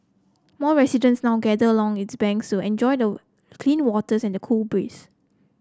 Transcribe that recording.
more residents now gather long its banks to enjoy the clean waters and the cool breeze